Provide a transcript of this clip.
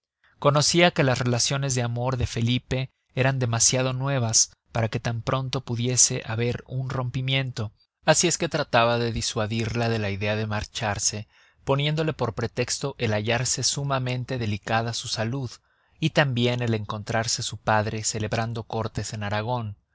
conocia que las relaciones de amor de felipe eran demasiado nuevas para que tan pronto pudiese haber un rompimiento asi es que trataba de disuadirla de la idea de marcharse poniéndola por pretesto el hallarse sumamente delicada su salud y tambiem el encontrarse su padre celebrando córtes en aragon